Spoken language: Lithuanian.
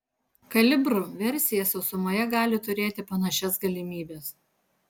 kalibr versija sausumoje gali turėti panašias galimybes